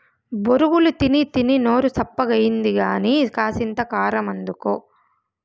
బొరుగులు తినీతినీ నోరు సప్పగాయినది కానీ, కాసింత కారమందుకో